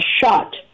shot